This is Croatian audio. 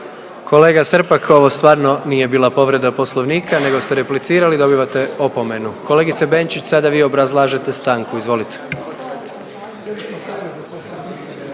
Kolega Srpak ovo stvarno nije bila povreda Poslovnika nego ste replicirali, dobivate opomenu. Kolegice Benčić sada vi obrazlažete stanku, izvolite.